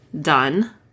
done